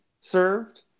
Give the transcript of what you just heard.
served